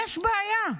יש בעיה.